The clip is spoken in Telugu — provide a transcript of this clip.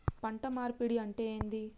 పంట మార్పిడి అంటే ఏంది?